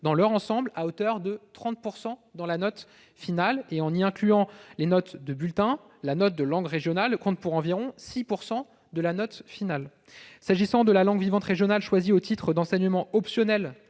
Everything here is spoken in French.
dans leur ensemble à hauteur de 30 % dans la note finale et, en y incluant les notes de bulletin, la note de langue régionale compte pour environ 6 % de la note finale. S'agissant de la langue vivante régionale choisie au titre d'enseignement optionnel